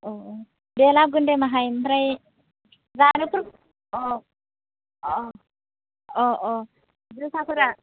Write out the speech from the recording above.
औ औ दे लाबोगोन दे बाहाय ओमफ्राय जानायफोर अ अ अ अ जोसाफोरा